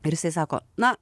ir jisai sako na